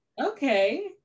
okay